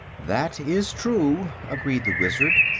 that is true, agreed the wizard,